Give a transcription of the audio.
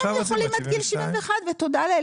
עכשיו רוצים עד גיל 72. היום הם יכולים עד גיל 71 ותודה לאל,